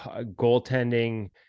goaltending